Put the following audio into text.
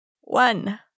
One